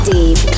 Deep